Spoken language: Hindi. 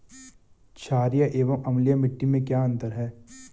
छारीय एवं अम्लीय मिट्टी में क्या अंतर है?